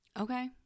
Okay